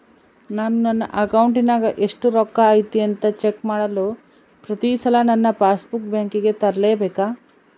ನಾನು ನನ್ನ ಅಕೌಂಟಿನಾಗ ಎಷ್ಟು ರೊಕ್ಕ ಐತಿ ಅಂತಾ ಚೆಕ್ ಮಾಡಲು ಪ್ರತಿ ಸಲ ನನ್ನ ಪಾಸ್ ಬುಕ್ ಬ್ಯಾಂಕಿಗೆ ತರಲೆಬೇಕಾ?